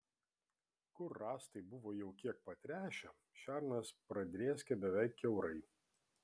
kur rąstai buvo jau kiek patręšę šernas pradrėskė beveik kiaurai